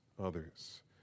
others